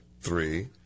Three